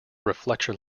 reflection